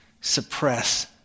suppress